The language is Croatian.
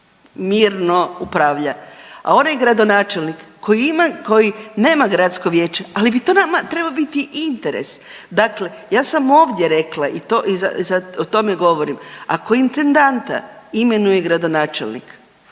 A onaj gradonačelnik koji nema gradsko vijeće ali bi to nama trebao biti interes. Dakle, ja sam ovdje rekla i sada o tome govorim ako intendanta imenuje gradonačelnik